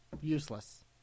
useless